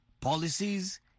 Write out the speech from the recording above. policies